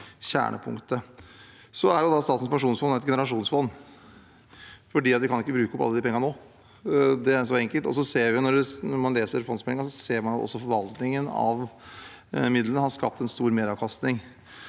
kjernepunktet. Statens pensjonsfond er et generasjonsfond, for vi kan ikke bruke opp alle de pengene nå. Så enkelt er det. Når man leser fondsmeldingen, ser man også at forvaltningen av midlene har skapt en stor meravkastning.